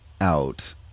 out